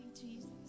Jesus